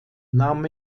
nahm